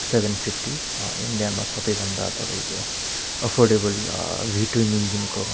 seven fifty इन्डियामा सबैभन्दा तपाईँको अफोर्डेबल भी ट्विन इन्जिनको